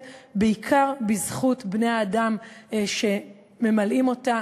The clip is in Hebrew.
בעיקר בזכות בני-האדם שממלאים אותה: